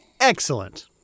Excellent